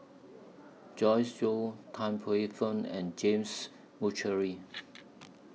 Joyce Jue Tan Paey Fern and James Puthucheary